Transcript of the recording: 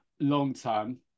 long-term